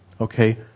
okay